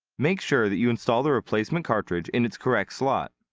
make sure that you install the replacement cartridge in its correct slot.